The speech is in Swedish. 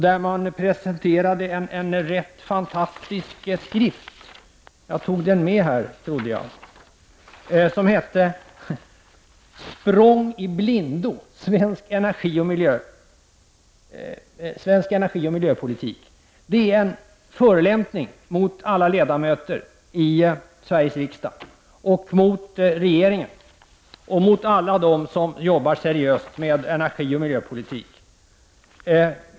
Där presenterade man en rätt fantastisk skrift, och jag har tagit den med mig hit. Den heter Språng i blindo, svensk energioch miljöpolitik Den är en förolämpning mot alla ledamöter i Sveriges riksdag, mot regeringen och alla dem som arbetar seriöst med energioch miljöpolitik.